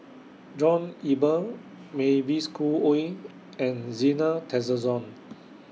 John Eber Mavis Khoo Oei and Zena Tessensohn